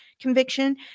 conviction